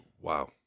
wow